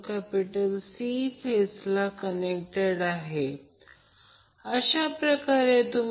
म्हणून हे 2 एकत्र केले गेले आहेत म्हणूनच ही गोष्ट तेथे आहे त्याचप्रमाणे येथे